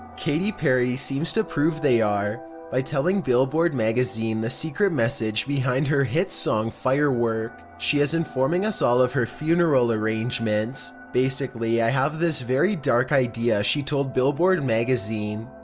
katy perry seems to prove they are by telling billboard magazine the secret message behind her hit song, firework. she is informing us all of her funeral arrangements. basically, i have this very idea. she told billboard magazine,